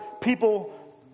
people